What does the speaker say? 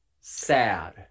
Sad